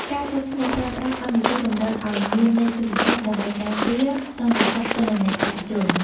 ការចុះឈ្មោះប្រើប្រាស់កម្មវិធីតម្រូវឱ្យមានលេខទូរសព្ទ ដើម្បីការពារសន្តិសុខទិន្នន័យឯកជន។